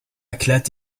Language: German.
erklärt